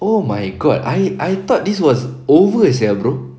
oh my god I I thought this was over sia bro